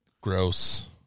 Gross